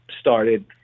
started